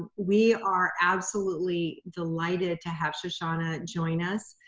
we are absolutely delighted to have shoshana join us.